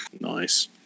Nice